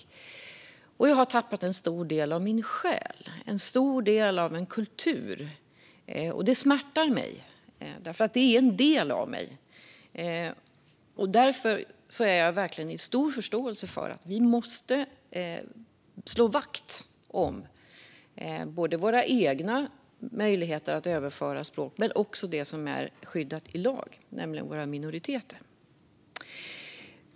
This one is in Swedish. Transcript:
Det innebär att jag har tappat en stor del av min själ och en stor del av en kultur, vilket smärtar mig eftersom det är en del av mig. Därför har jag stor förståelse för att vi måste slå vakt både om våra egna möjligheter att överföra språk och om det som är skyddat i lag, det vill säga våra minoriteter. Fru talman!